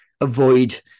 avoid